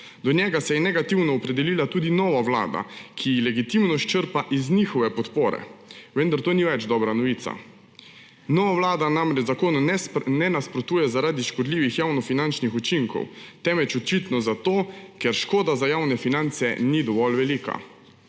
Do njega se je negativno opredelila tudi nova vlada, ki legitimnost črpa iz njihove podpore. Vendar to ni več dobra novica. Nova vlada namreč zakonu ne nasprotuje zaradi škodljivih javnofinančnih učinkov, temveč očitno zato, ker škoda za javne finance ni dovolj velika.